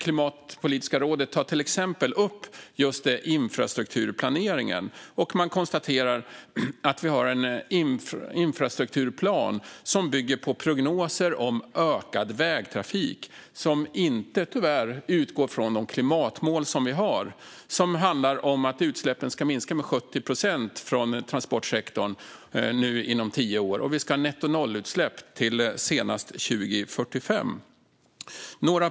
Klimatpolitiska rådet tar till exempel upp just infrastrukturplaneringen, och man konstaterar att det finns en infrastrukturplan som bygger på prognoser om ökad vägtrafik, som tyvärr inte utgår från de klimatmål som finns. De handlar om att utsläppen från transportsektorn inom tio år ska minska med 70 procent och att det ska vara nettonollutsläpp till senast 2045.